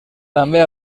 també